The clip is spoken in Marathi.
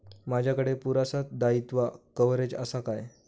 माजाकडे पुरासा दाईत्वा कव्हारेज असा काय?